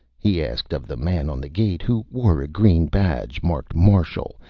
he asked of the man on the gate, who wore a green badge marked marshal,